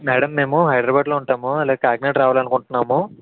madam మేము హైదరాబాదు లో ఉంటాము ఇలా కాకినాడ రావాలనుకుంటున్నాము